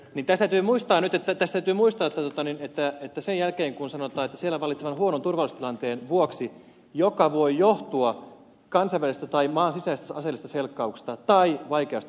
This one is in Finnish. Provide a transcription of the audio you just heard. tässä täytyy muistaa nyt että perusteluissa sanotaan että siellä vallitsevan huonon turvallisuustilanteen vuoksi joka voi johtua kansainvälisestä tai maan sisäisestä aseellisesta selkkauksesta tai vaikeasta ihmisoikeustilanteesta